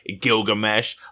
Gilgamesh